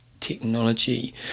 technology